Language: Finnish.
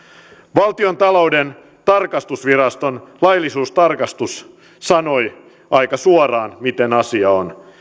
valtiontalouden tarkastusviraston laillisuustarkastus sanoi aika suoraan miten asia on